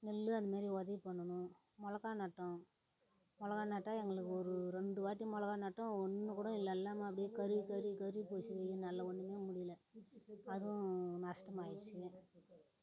நெல்லு அந்த மாதிரி உதவி பண்ணனும் மிளகா நட்டோம் மிளகா நட்டால் எங்களுக்கு ஒரு ரெண்டு வாட்டி மிளகா நட்டோம் ஒன்று கூட இல்லை எல்லாமே அப்படியே கருகி கருகி கருகி போச்சு வெய்ய நாளில் ஒன்றுமே முடியலை அதுவும் நஷ்டமாயிடுச்சு